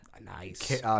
Nice